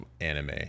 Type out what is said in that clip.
anime